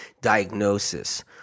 diagnosis